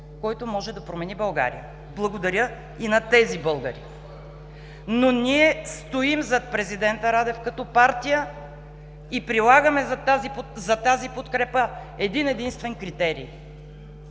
който може да промени България. Благодаря и на тези българи. Но ние стоим зад президента Радев като партия и прилагаме за тази подкрепа един-единствен критерий